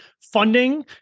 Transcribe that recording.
funding